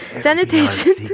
sanitation